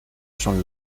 son